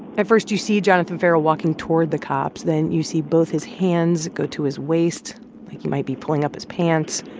at first you see jonathan ferrell walking toward the cops. then you see both his hands go to his waist like he might be pulling up his pants.